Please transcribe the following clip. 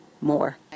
more